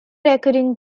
recurring